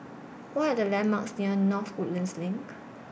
What Are The landmarks near North Woodlands LINK